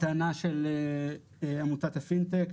הטענה של עמותת הפינטק,